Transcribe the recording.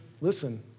listen